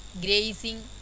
grazing